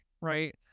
right